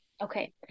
Okay